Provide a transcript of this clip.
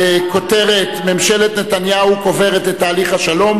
בכותרת: ממשלת נתניהו קוברת את תהליך השלום